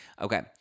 Okay